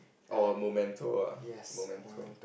or momento ah momento